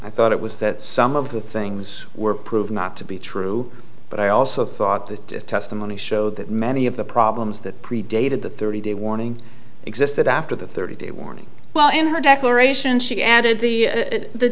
i thought it was that some of the things were proved not to be true but i also thought the testimony showed that many of the problems that predated the thirty day warning existed after the thirty day warning well in her declaration she added the the